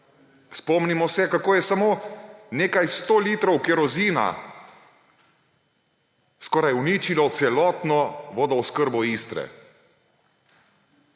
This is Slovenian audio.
Spomnimo se, kako je samo nekaj 100 litrov kerozina skoraj uničilo celotno vodooskrbo Istre!